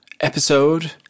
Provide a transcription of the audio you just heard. episode